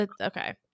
Okay